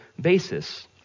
basis